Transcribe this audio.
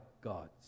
God's